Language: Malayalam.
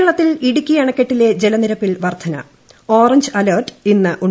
കേരളത്തിൽ ഇടുക്കി അണക്കെട്ടിലെ ജലനിരപ്പിൽ വർദ്ധന ഓറഞ്ച് അലർട്ട് ഇന്ന് ഉണ്ടായേക്കും